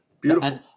beautiful